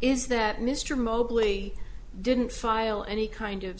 is that mr mobley didn't file any kind of